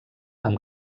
amb